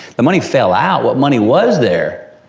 the money fell out. what money was there,